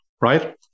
right